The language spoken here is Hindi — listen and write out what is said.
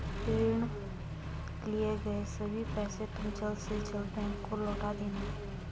ऋण लिए गए सभी पैसे तुम जल्द से जल्द बैंक को लौटा देना